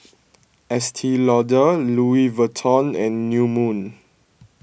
Estee Lauder Louis Vuitton and New Moon